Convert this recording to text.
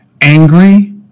angry